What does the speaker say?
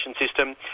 system